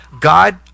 God